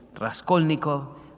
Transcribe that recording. Raskolnikov